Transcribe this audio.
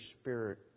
spirit